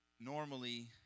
Normally